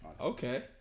Okay